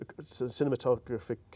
cinematographic